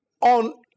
on